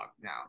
now